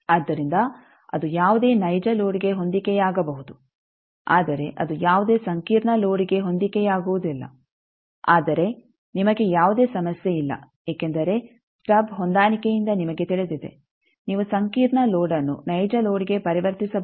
ಆದ್ದರಿಂದ ಅದು ಯಾವುದೇ ನೈಜ ಲೋಡ್ಗೆ ಹೊಂದಿಕೆಯಾಗಬಹುದು ಆದರೆ ಅದು ಯಾವುದೇ ಸಂಕೀರ್ಣ ಲೋಡ್ಗೆ ಹೊಂದಿಕೆಯಾಗುವುದಿಲ್ಲ ಆದರೆ ನಿಮಗೆ ಯಾವುದೇ ಸಮಸ್ಯೆ ಇಲ್ಲ ಏಕೆಂದರೆ ಸ್ಟಬ್ ಹೊಂದಾಣಿಕೆಯಿಂದ ನಿಮಗೆ ತಿಳಿದಿದೆ ನೀವು ಸಂಕೀರ್ಣ ಲೋಡ್ಅನ್ನು ನೈಜ ಲೋಡ್ಗೆ ಪರಿವರ್ತಿಸಬಹುದು